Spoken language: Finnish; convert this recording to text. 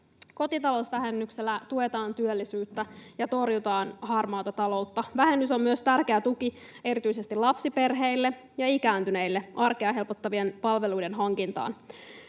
Kotitalousvähennyksellä tuetaan työllisyyttä ja torjutaan harmaata taloutta. Vähennys on myös tärkeä tuki erityisesti lapsiperheille ja ikääntyneille arkea helpottavien palveluiden hankintaan.